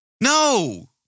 No